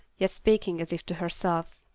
yet speaking as if to herself.